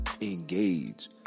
engage